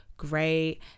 great